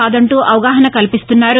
కాదంటూ అవగాహన కల్పిస్తున్నారు